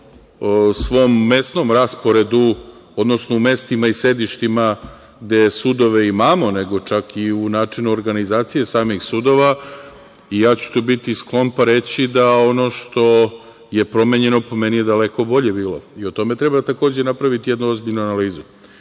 po svom mesnom rasporedu, odnosno u mestima i sedištima gde sudove imamo, nego čak i u načinu organizacije samih sudova i tu ću biti sklon pa reći da ono što je promenjeno, po meni je daleko bolje bilo i o tome treba takođe napraviti jednu ozbiljnu analizu. Mislim